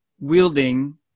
wielding